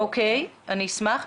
אוקיי, אני אשמח.